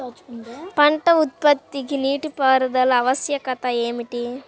పంట ఉత్పత్తికి నీటిపారుదల ఆవశ్యకత ఏమిటీ?